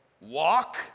walk